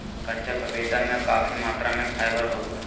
कच्चा पपीता में काफी मात्रा में फाइबर होबा हइ